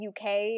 UK